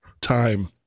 time